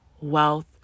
wealth